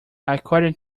according